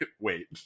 wait